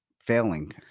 failing